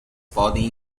podem